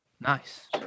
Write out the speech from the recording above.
Nice